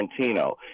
Tarantino